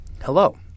Hello